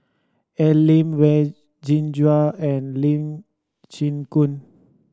Al Lim Wen Jinhua and Lee Chin Koon